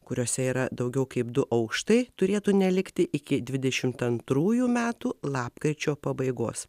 kuriuose yra daugiau kaip du aukštai turėtų nelikti iki dvidešimt antrųjų metų lapkričio pabaigos